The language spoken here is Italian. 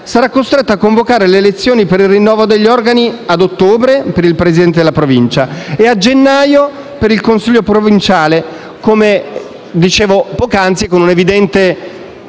sarà costretta a convocare le elezioni per il rinnovo degli organi ad ottobre per il presidente della Provincia e a gennaio per il Consiglio provinciale, come dicevo poc'anzi, con un'evidente